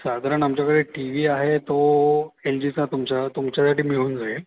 साधारण आमच्यकडे TV आहे तो एल जीचा तुमचा तुमच्यासाठी मिळून जाईल